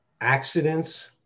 accidents